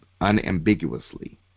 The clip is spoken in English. unambiguously